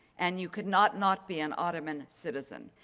and you could not, not be an ottoman citizen.